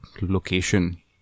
location